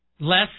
Less